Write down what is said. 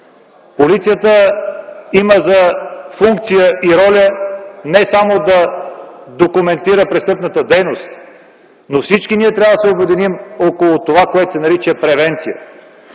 Полицията има за функция и роля не само да документира престъпната дейност. Всички ние трябва да се обединим около това, което се нарича превенция,